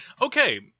Okay